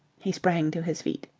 he sprang to his feet.